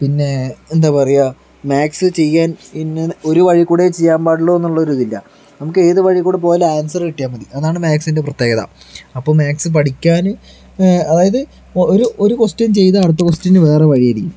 പിന്നെ എന്താ പറയുക മാക്സ് ചെയ്യാൻ ഇന്ന ഒരു വഴികൂടെ ചെയ്യാൻ പാടുളളു എന്നൊരിതില്ല നമുക്ക് ഏത് വഴിയിൽ കൂടെ പോയാലും ആൻസർ കിട്ടിയാൽ മതി അതാണ് മാക്സിൻ്റെ പ്രത്യേകത അപ്പോൾ മാക്സ് പഠിക്കാനും അതായത് ഇപ്പോൾ ഒരു ഒരു കൊസ്റ്റിയൻ ചെയ്ത അടുത്ത കൊസ്റ്റിയന് വേറെ വഴിയായിരിക്കും